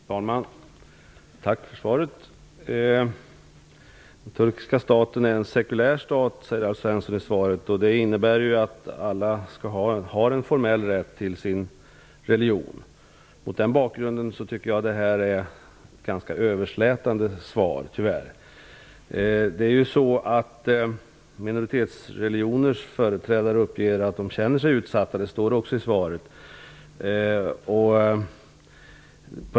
Fru talman! Tack för svaret. Den turkiska staten är en sekulär stat, sade Alf Svensson i svaret. Det innebär ju att alla skall ha en formell rätt till sin religion. Mot den bakgrunden är svaret tyvärr ganska överslätande. Minoritetsreligioners företrädare uppger att de känner sig utsatta, vilket också sägs i svaret.